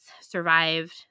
survived